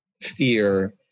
fear